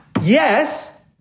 yes